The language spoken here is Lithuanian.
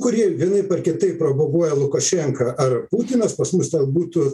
kurį vienaip ar kitaip provokuoja lukašenka ar putinas pas mus ten būtų